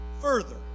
further